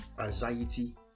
Anxiety